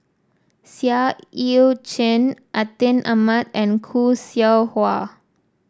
Seah Eu Chin Atin Amat and Khoo Seow Hwa